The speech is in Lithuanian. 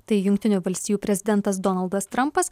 tai jungtinių valstijų prezidentas donaldas trampas